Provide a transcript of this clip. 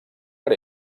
per